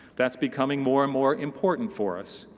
that's becoming more and more important for us.